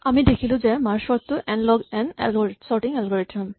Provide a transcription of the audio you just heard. আমি দেখিলো যে মাৰ্জ চৰ্ট টো n log n sorting algorithm